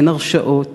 אין הרשעות,